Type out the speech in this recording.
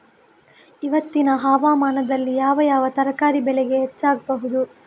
ಇವತ್ತಿನ ಹವಾಮಾನದಲ್ಲಿ ಯಾವ ಯಾವ ತರಕಾರಿ ಬೆಳೆ ಹೆಚ್ಚಾಗಬಹುದು?